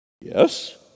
Yes